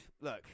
look